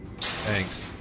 Thanks